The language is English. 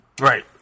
Right